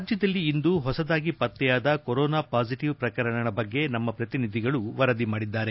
ರಾಜ್ಯದಲ್ಲಿ ಇಂದು ಹೊಸದಾಗಿ ಪತ್ತೆಯಾದ ಕೊರೋನಾ ಪಾಸಿಟಿವ್ ಪ್ರಕರಣಗಳ ಬಗ್ಗೆ ನಮ್ಮ ಪ್ರತಿನಿಧಿಗಳು ವರದಿ ಮಾಡಿದ್ದಾರೆ